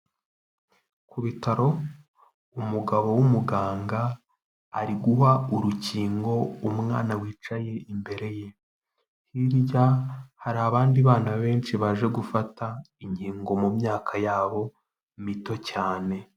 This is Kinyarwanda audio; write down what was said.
Ku bitaro, umugabo w'umuganga ari guha urukingo umwana wicaye imbere ye, hirya hari abandi bana benshi baje gufata inkingo mu myaka yabo mito cyane.